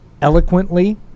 eloquently